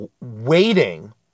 waiting